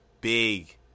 big